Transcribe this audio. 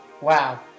wow